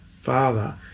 father